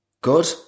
Good